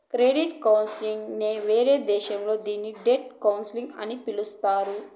credit counselling నే వేరే దేశాల్లో దీన్ని డెట్ కౌన్సిలింగ్ అని పిలుత్తారు